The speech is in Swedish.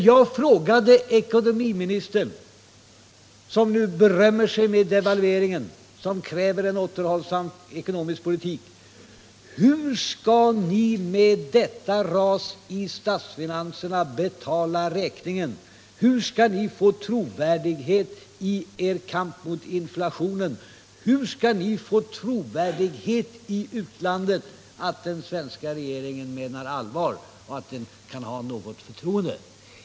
Jag frågar ekonomiministern, som berömmer sig över devalveringen och som kräver en återhållsam ekonomisk politik: Hur skall ni med detta ras i statsfinanserna betala räkningen, hur skall er kamp mot inflationen bli trovärdig och hur skall den svenska regeringens politik gentemot utlandet kunna bli trovärdig och tas på allvar?